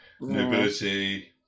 nobility